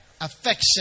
Affection